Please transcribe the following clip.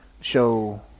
show